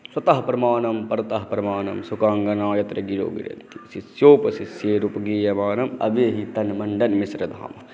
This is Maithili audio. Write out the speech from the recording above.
स्वतः प्रमाणम परत प्रमाणम शुकांगना यत्र गिरोगिरंति शिष्योपशिषेर रोपगियवानम अभितनमनमण्डनमिश्र धामम